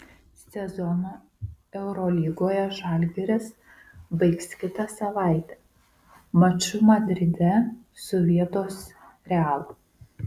sezoną eurolygoje žalgiris baigs kitą savaitę maču madride su vietos real